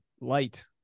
light